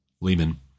Lehman